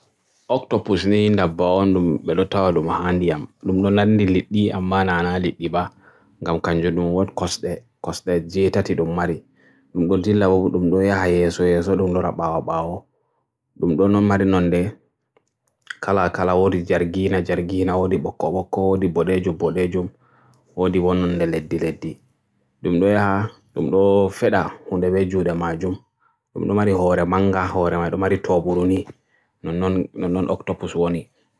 E leydi Burtaniya e wodi cuisine ɗun ɓe defirta e chondi alkamaari e riɗiri e gene, duniyaaru fuf e yiɗi cuisine maɓɓe, ngam kusel ngel ɓe ngatta un seɗɗa.